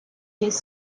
his